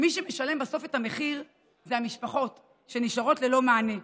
מי שמשלם בסוף את המחיר הן המשפחות שנשארות ללא מענה.